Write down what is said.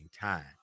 time